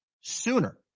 sooner